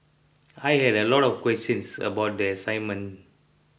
I had a lot of questions about the assignment